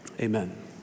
Amen